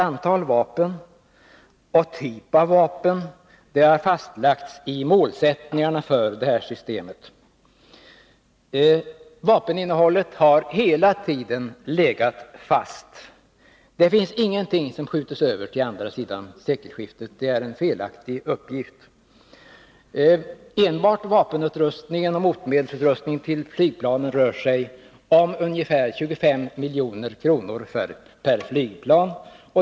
Antal vapen och typ av vapen har fastlagts i målsättningarna för systemet. Vapeninnehållet har hela tiden legat fast. Det finns ingenting som skjuts över till andra sidan sekelskiftet — det är en felaktig uppgift. Kostnaderna för enbart vapenutrustningen och motmedelsutrustningen till flygplanen rör sig om ungefär 25 milj.kr. per flygplan.